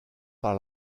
par